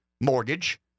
mortgage